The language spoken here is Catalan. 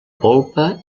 polpa